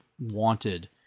Wanted